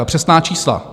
Přesná čísla.